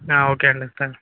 okay అండి thank you